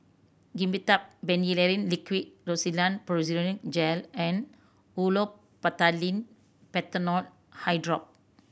Dimetapp Phenylephrine Liquid Rosiden Piroxicam Gel and Olopatadine Patanol Eyedrop